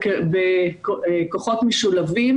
בכוחות משולבים,